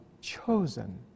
chosen